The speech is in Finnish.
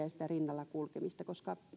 ja rinnalla kulkemalla koska